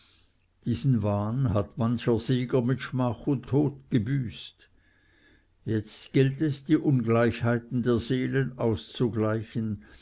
diesen wahn hat mancher sieger mit schmach und tod gebüßt jetzt gilt es die ungleichheiten der seelen auszugleichen